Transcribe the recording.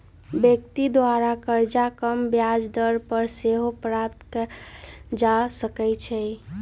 व्यक्ति द्वारा करजा कम ब्याज दर पर सेहो प्राप्त कएल जा सकइ छै